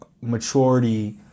maturity